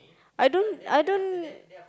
I don't I don't